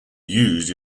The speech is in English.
used